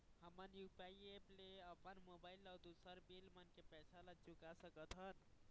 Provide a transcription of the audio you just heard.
हमन UPI app ले अपन मोबाइल अऊ दूसर बिल मन के पैसा ला चुका सकथन